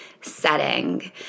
setting